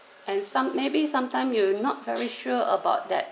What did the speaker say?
and some maybe sometime you will not very sure about that